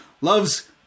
loves